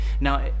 now